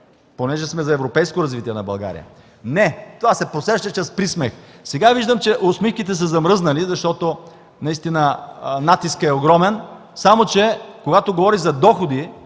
понеже сме „за европейско развитие на България”. Не, това се посреща чрез присмех. Сега виждам, че усмивките са замръзнали, защото натискът е огромен. Само че когато говорим за доходи